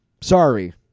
sorry